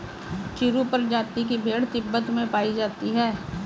चिरु प्रजाति की भेड़ तिब्बत में पायी जाती है